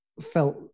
felt